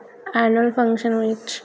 annual function ਵਿੱਚ